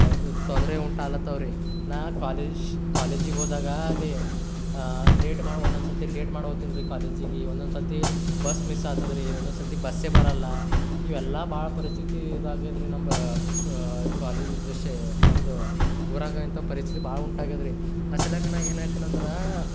ಇದು ತೊಂದರೆ ಉಂಟಾಲತ್ತಾವ್ ರೀ ನಾನು ಕಾಲೇಜ್ ಶ್ ಕಾಲೇಜಿಗೆ ಹೋದಾಗ ಅಲ್ಲಿ ಲೇಟ್ ಮಾಡಿ ಒಂದೊಂದು ಸರ್ತಿ ಲೇಟ್ ಮಾಡಿ ಹೋಗ್ತೇನ್ರಿ ಕಾಲೇಜಿಗೆ ಒಂದೊಂದು ಸರ್ತಿ ಬಸ್ ಮಿಸ್ ಆಗ್ತದ್ರಿ ಒಂದೊಂದು ಸರ್ತಿ ಬಸ್ಸೇ ಬರೋಲ್ಲ ಇವೆಲ್ಲ ಭಾಳ ಪರಿಸ್ಥಿತಿ ಇದಾಗಿದ್ರಿ ನಮ್ಮ ಕಾಲೇಜ್ ನಮ್ಮದು ಊರಾಗೆ ಇಂಥ ಪರಿಸ್ಥಿತಿ ಭಾಳ ಉಂಟಾಗಿದ್ರಿ ಅಸಲಿಕ್ ನಾನು ಏನು ಹೇಳ್ತೀನ್ ಅಂದ್ರೆ